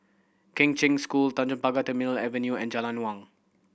Kheng Cheng School Tanjong Pagar Terminal Avenue and Jalan Naung